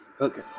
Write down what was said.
Okay